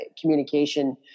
communication